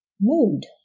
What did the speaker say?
mood